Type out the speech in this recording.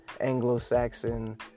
Anglo-Saxon